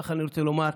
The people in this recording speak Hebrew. לך אני רוצה לומר,